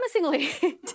promisingly